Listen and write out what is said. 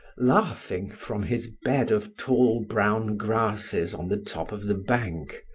laughing from his bed of tall brown grasses on the top of the bank.